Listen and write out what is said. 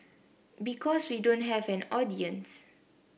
because we don't have an audience